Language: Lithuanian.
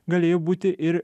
galėjo būti ir